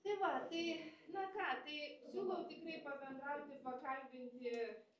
tai va tai na ką tai siūlau tikrai pabendrauti pakalbinti